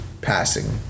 passing